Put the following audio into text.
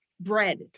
bread